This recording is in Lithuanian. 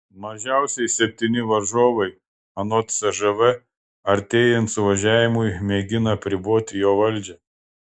mažiausiai septyni varžovai anot cžv artėjant suvažiavimui mėgina apriboti jo valdžią